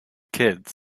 kids